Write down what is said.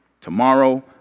Tomorrow